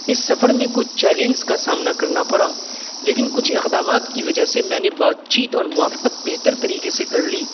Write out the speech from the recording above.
اس سفر میں کچھ چیلنز کا سامنا کرنا پڑا لیکن کچھ اقدامات کی وجہ سے میں نے بات چیت اور موافقت بہتر طریقے سے کر لی